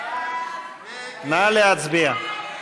נא להצביע.